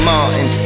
Martin